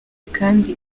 kandi